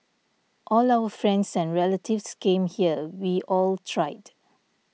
all our friends and relatives came here we all tried